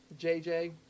JJ